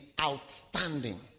outstanding